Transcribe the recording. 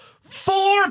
Four